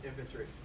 Infantry